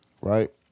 Right